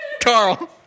Carl